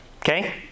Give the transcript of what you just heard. Okay